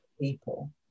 people